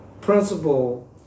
principle